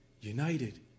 United